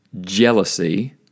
jealousy